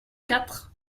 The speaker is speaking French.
quatre